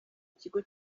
ikigo